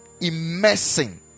immersing